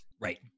Right